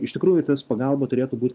iš tikrųjų tas pagalba turėtų būt